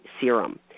serum